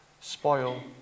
spoil